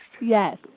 Yes